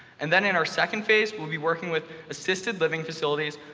and then in our second phase, we'll be working with assisted-living facilities,